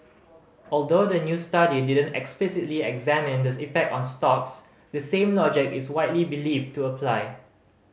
although the new study didn't explicitly examine in the effect on stocks the same logic is widely believed to apply